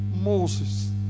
Moses